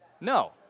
No